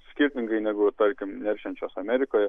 skirtingai negu tarkim neršiančios amerikoje